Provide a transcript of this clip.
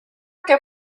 que